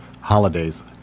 holidays